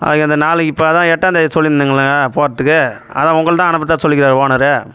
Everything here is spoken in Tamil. அதுக்கு அந்த நாளைக்கு இப்போ தான் எட்டாம் தேதி சொல்லிருந்தேங்களே போகிறதுக்கு அதான் உங்களை தான் அனுப்புறதாக தான் சொல்லியிருக்காரு ஓனரு